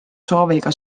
sooviga